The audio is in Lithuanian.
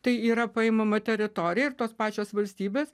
tai yra paimama teritorija ir tos pačios valstybės